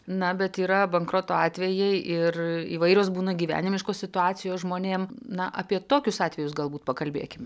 na bet yra bankroto atvejai ir įvairios būna gyvenimiškos situacijos žmonėm na apie tokius atvejus galbūt pakalbėkim